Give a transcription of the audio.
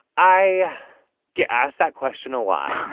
i get asked that question a lot,